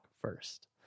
first